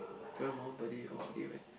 Paramore but they orh they went